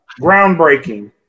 groundbreaking